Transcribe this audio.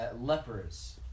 lepers